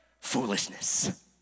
Foolishness